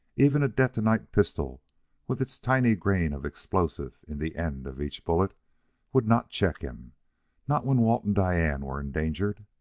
even a detonite pistol with its tiny grain of explosive in the end of each bullet would not check him not when walt and diane were endangered.